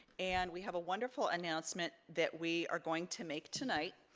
and we have a wonderful announcement that we are going to make tonight.